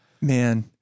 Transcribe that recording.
Man